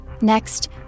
Next